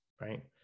right